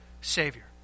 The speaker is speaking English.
Savior